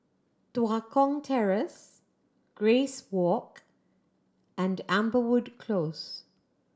Tua Kong Terrace Grace Walk and Amberwood Close